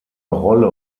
rolle